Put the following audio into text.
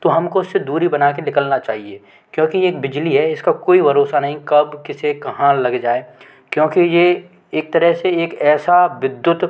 तो हम को उससे दूरी बना के निकलना चाहिए क्योंकि ये एक बिजली है इसका कोई भरोसा नहीं कब कीसे कहाँ लग जाए क्योंकि ये एक तरह से एक ऐसा विधयुत